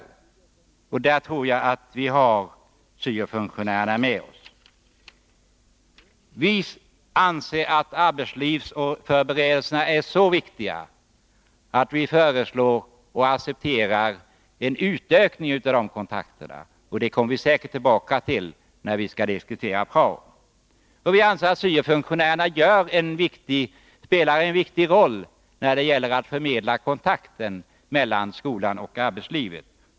Där tror jag att vi har syo-funktionärerna med OSS. Vi anser att arbetslivsförberedelserna är så viktiga att vi föreslår och accepterar en utökning av dessa kontakter. Det kommer vi säkert tillbaka till när vi skall diskutera prao. Vi anser att syo-funktionärerna spelar en viktig roll när det gäller att förmedla kontakterna mellan skolan och arbetslivet.